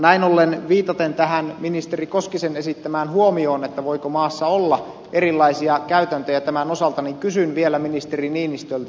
näin ollen viitaten ministeri koskisen esittämään huomioon voiko maassa olla erilaisia käytäntöjä tämän osalta kysyn vielä ministeri niinistöltä